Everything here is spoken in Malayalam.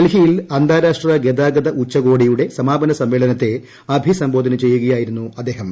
ഡൽഹിയിൽ അന്താരാഷ്ട്ര ഗതാഗത ഉച്ചകോടിയുടെ സമാപന സമ്മേളനത്തെ അഭിസംബോധന ചെയ്യുകയായിരുന്നു അദ്ദേഹം